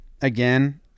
Again